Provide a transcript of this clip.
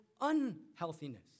unhealthiness